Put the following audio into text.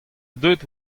deuet